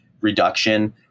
reduction